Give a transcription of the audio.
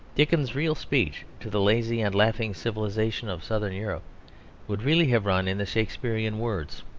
dickens's real speech to the lazy and laughing civilisation of southern europe would really have run in the shakespearian words